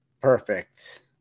Perfect